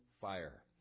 fire